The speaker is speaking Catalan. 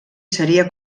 seria